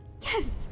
Yes